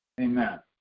Amen